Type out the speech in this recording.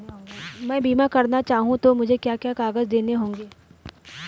मैं बीमा करना चाहूं तो मुझे क्या क्या कागज़ देने होंगे?